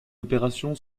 opération